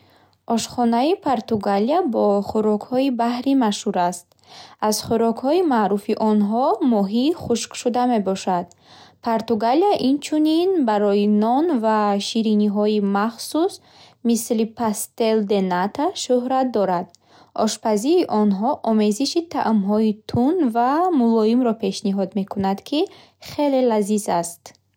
Ошхонаи Португалия бо хӯрокҳои баҳрӣ машҳур аст. Аз хӯрокҳои маъруфи онҳо моҳии хушкшуда мебошад. Португалия инчунин барои нон ва шириниҳои махсус, мисли пастел де ната, шӯҳрат дорад. Ошпазии онҳо омезиши таъмҳои тунд ва мулоимро пешниҳод мекунад, ки хеле лазиз аст.